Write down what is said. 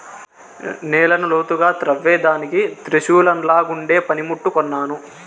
నేలను లోతుగా త్రవ్వేదానికి త్రిశూలంలాగుండే పని ముట్టు కొన్నాను